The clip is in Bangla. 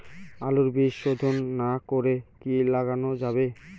আলুর বীজ শোধন না করে কি লাগানো যাবে?